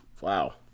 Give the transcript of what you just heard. Wow